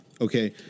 Okay